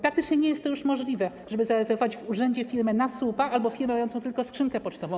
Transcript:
Praktycznie nie jest to już możliwe, żeby zarezerwować w urzędzie firmę na słupa albo firmę mającą tylko skrzynkę pocztową.